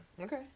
Okay